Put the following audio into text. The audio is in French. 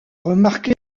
remarquer